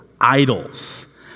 idols